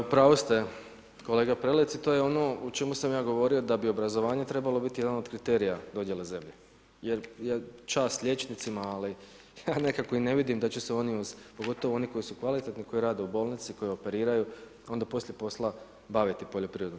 U pravu ste kolega Prelec i to je ono o čemu sam ja govorio da bi obrazovanje trebalo biti jedan od kriterija dodjele zemlje, jer čast liječnicima ali nekako i ne vidim da će se oni uz, pogotovo oni koji su kvalitetni, koji rade u bolnici, koji operiraju, onda poslije posla baviti poljoprivredom.